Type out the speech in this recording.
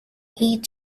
heat